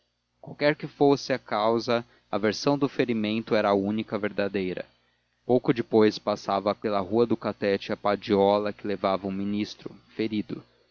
qualquer que fosse a causa a versão do ferimento era a única verdadeira pouco depois passava pela rua do catete a padiola que levava um ministro ferido